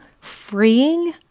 freeing